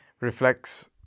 reflects